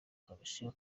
komisiyo